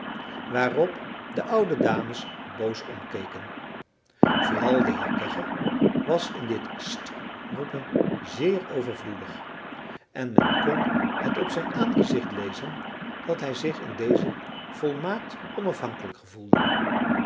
waarop de oude dames boos omkeken vooral de heer kegge was in dit sst roepen zeer overvloedig en men kon het op zijn aangezicht lezen dat hij zich in dezen volmaakt onafhankelijk gevoelde